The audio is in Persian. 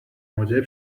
موجب